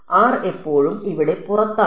r എപ്പോഴും ഇവിടെ പുറത്താണ്